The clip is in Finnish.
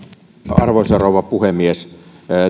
arvoisa rouva puhemies